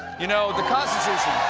you know, the constitution